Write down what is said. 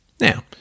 Now